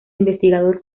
investigador